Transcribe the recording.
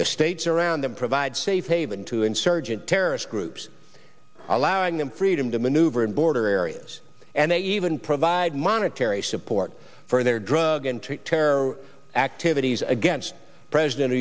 the states around them provide safe haven to insurgent terrorist groups allowing them freedom to maneuver in border areas and they even provide monetary support for their drug and treat terror activities against president